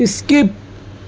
skip